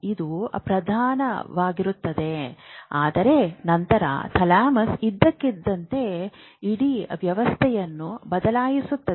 ಇದು ಪ್ರಧಾನವಾಗಿರುತ್ತದೆ ಆದರೆ ನಂತರ ಥಾಲಮಸ್ ಇದ್ದಕ್ಕಿದ್ದಂತೆ ಇಡೀ ವ್ಯವಸ್ಥೆಯನ್ನು ಬದಲಾಯಿಸುತ್ತದೆ